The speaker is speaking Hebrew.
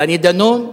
דני דנון,